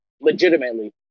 legitimately